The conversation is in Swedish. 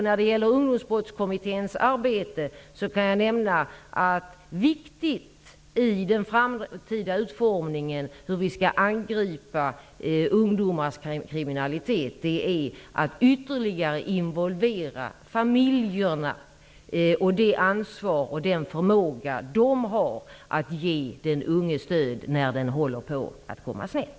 När det gäller Ungdomsbrottskommitténs arbete, kan jag nämna att det som är viktigt i den framtida utformningen av arbetet med att angripa ungdomars kriminalitet är att ytterligare involvera familjerna, det ansvar och den förmåga som de har att ge den unge stöd när han håller på att komma snett.